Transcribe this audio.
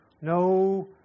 No